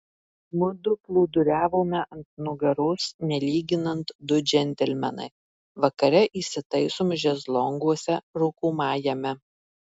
mudu plūduriavome ant nugaros nelyginant du džentelmenai vakare įsitaisom šezlonguose rūkomajame